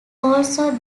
also